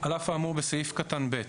(1)על אף האמור בסעיף קטן (ב),